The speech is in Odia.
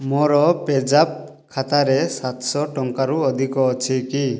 ମୋର ପେଜାପ୍ ଖାତାରେ ସାତଶହ ଟଙ୍କାରୁ ଅଧିକ ଅଛି କି